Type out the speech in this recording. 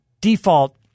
default